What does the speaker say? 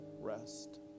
rest